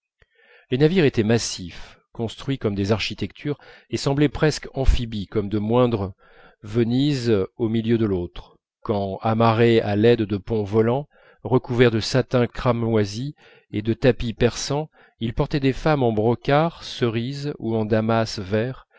les navires étaient massifs construits comme des architectures et semblaient presque amphibies comme de moindres venises au milieu de l'autre quand amarrés à l'aide de ponts volants recouverts de satin cramoisi et de tapis persans ils portaient des femmes en brocart cerise ou en damas vert